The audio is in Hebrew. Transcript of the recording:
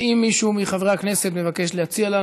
האם מישהו מחברי הכנסת מבקש להציע לנו